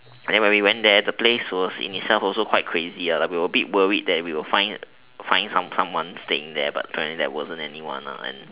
and then when we went there the place was in itself also quite crazy ya like we were a bit worried that we will find will find someone staying there but apparently there wasn't anyone lah and